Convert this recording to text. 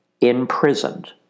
imprisoned